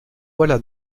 voilà